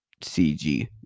CG